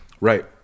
Right